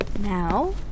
now